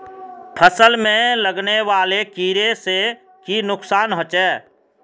फसल में लगने वाले कीड़े से की नुकसान होचे?